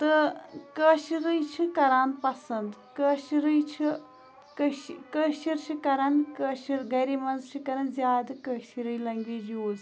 تہٕ کٲشرُے چھِ کَران پَسَنٛد کٲشرُے چھُ کٔش کشیٖر چھِ کَران کٲشِر گَھرِ منٛز چھِ کَران زیادٕ کٲشرُے لنٛگویج یوٗز